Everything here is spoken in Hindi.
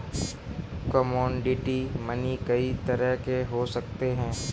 कमोडिटी मनी कई तरह के हो सकते हैं